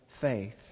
faith